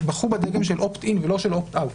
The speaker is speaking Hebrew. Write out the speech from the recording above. בחרו בדגם של opt-in ולא של opt-out.